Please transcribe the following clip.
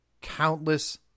countless